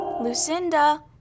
Lucinda